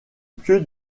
pieux